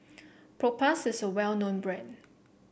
Propass is a well known brand